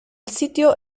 sitio